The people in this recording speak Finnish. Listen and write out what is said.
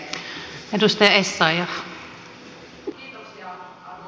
kiitoksia arvoisa rouva puhemies